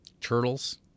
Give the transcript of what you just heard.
Turtles